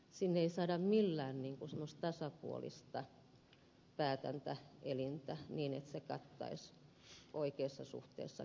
sinne ei saada millään tasapuolista päätäntäelintä niin että se kattaisi oikeassa suhteessa kaikki kunnat